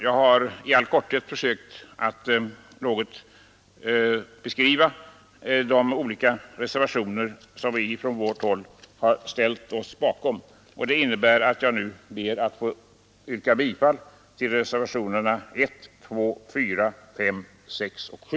Jag har i all korthet försökt beskriva de olika reservationer som vi från vårt håll har ställt oss bakom, och jag ber att få yrka bifall till reservationerna 1, 2,4, 5,6 och 7.